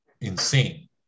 insane